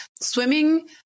swimming